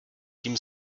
tím